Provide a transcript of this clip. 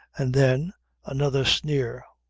and then another sneer,